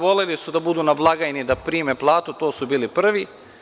Voleli su da budu na blagajni, da prime platu, tu su bili prvi.